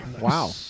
Wow